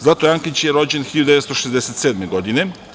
Zlatoje Ankić je rođen 1967. godine.